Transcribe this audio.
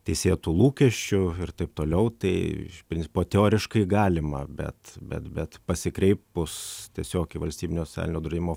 teisėtų lūkesčių ir taip toliau tai principo teoriškai galima bet bet bet pasikreipus tiesiog į valstybinio socialinio draudimo